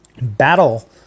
battle